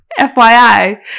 FYI